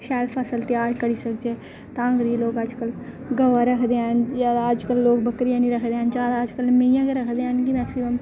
शैल फसल त्यार करी सकचै तां करियै लोग अजकल गवां रखदे हैन जैदा अजकल लोक बकरियां निं रखदे हैन जैदा अजकल मेहियां गै रखदे हैन कि मैक्सीमम